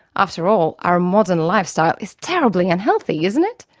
after all, our modern lifestyle is terribly unhealthy, isn't it?